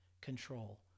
control